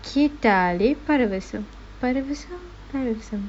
கேட்டாலே பரவசம் பரவசம் பரவசம்:kettaalae paravasam paravasam paravasam